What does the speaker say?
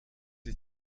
ich